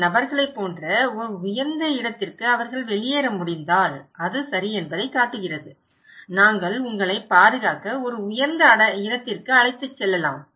இந்த நபர்களைப் போன்ற ஒரு உயர்ந்த இடத்திற்கு அவர்கள் வெளியேற முடிந்தால் அது சரி என்பதைக் காட்டுகிறது நாங்கள் உங்களைப் பாதுகாக்க ஒரு உயர்ந்த இடத்திற்கு அழைத்து செல்லலாம்